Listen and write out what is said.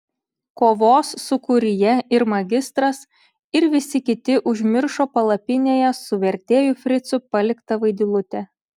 kovos sūkuryje ir magistras ir visi kiti užmiršo palapinėje su vertėju fricu paliktą vaidilutę